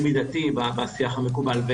הוא מידתי בשיח המקובל.